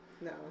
No